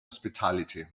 hospitality